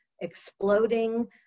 exploding